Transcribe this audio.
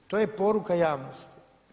To je poruka javnosti.